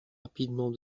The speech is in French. rapidement